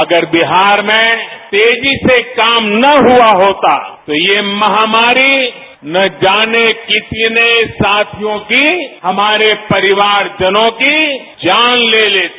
अगर बिहार में तेजी से काम न हुआ होता तो ये महामारी न जाने कितने साथियों की हमारे परिवारजनों की जान ले लेती